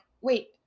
wait